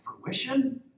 fruition